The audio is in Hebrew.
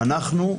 אנחנו,